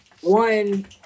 one